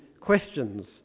questions